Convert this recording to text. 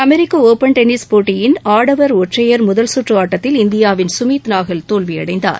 அமெரிக்க open tennis போட்டியின் ஆடவர் ஒற்றையர் பிரிவு முதல் சுற்று ஆட்டத்தில் இந்தியாவின் சுமித்நாகல் தோல்வியடைந்தார்